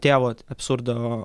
tie vat absurdo